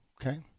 okay